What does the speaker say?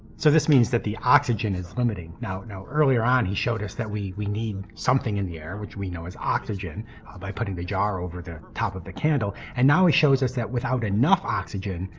so this means that the oxygen is limiting. now, earlier on he showed us that we we need something in the air which we know is oxygen by putting the jar over the top of the candle and now he shows us that without enough oxygen,